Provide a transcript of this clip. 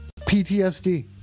PTSD